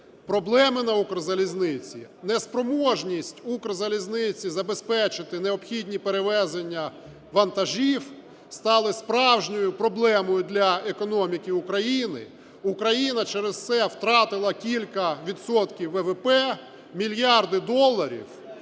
проблеми на "Укрзалізниці", неспроможність "Укрзалізниці" забезпечити необхідні перевезення вантажів стали справжньою проблемою для економіки України, Україна через це втратила кілька відсотків ВВП, мільярди доларів